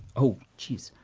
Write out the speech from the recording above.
oh, geez.